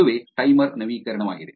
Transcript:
ಅದುವೇ ಟೈಮರ್ ನವೀಕರಣವಾಗಿದೆ